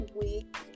week